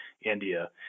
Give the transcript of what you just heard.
india